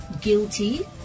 guilty